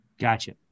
Gotcha